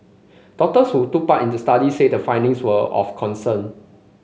doctors who took part in the study said the findings were of concern